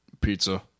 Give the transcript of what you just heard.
pizza